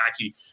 wacky